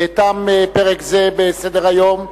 תם פרק זה בסדר-היום.